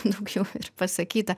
daugiau ir pasakyta